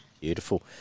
Beautiful